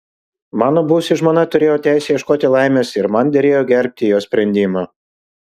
mano buvusi žmona turėjo teisę ieškoti laimės ir man derėjo gerbti jos sprendimą